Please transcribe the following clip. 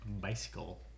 bicycle